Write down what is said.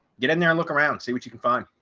get in there and look around, see what you can find.